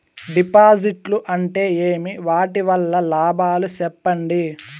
డిపాజిట్లు అంటే ఏమి? వాటి వల్ల లాభాలు సెప్పండి?